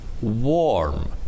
Warm